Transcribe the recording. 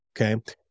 Okay